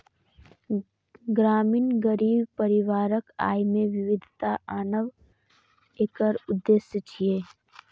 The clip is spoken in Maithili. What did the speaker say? ग्रामीण गरीब परिवारक आय मे विविधता आनब एकर उद्देश्य छियै